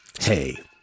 Hey